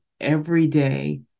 everyday